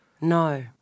No